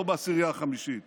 לא בעשירייה החמישית.